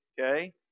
okay